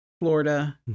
Florida